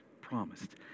promised